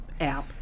app